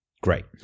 Great